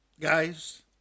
Guys